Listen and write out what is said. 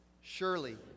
Surely